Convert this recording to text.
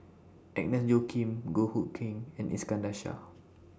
Agnes Joaquim Goh Hood Keng and Iskandar Shah